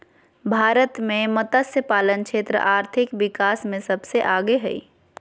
भारत मे मतस्यपालन क्षेत्र आर्थिक विकास मे सबसे आगे हइ